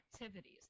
activities